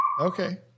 Okay